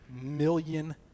million